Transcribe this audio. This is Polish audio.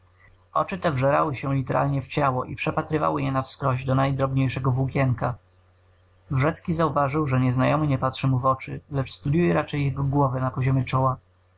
oczy te wżerały się literalnie w ciało i przepatrywały je nawskroś do najdrobniejszego włókienka wrzecki zauważył że nieznajomy nie patrzy mu w oczy lecz studyuje raczej jego głowę na poziomie czoła